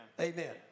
amen